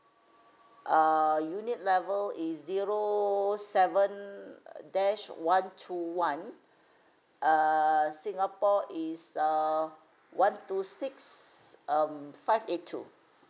uh unit level is zero seven uh dash one two one err singapore is err one two six um five eight two